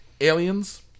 Aliens